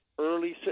early